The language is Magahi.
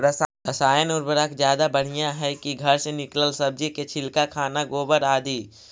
रासायन उर्वरक ज्यादा बढ़िया हैं कि घर से निकलल सब्जी के छिलका, खाना, गोबर, आदि?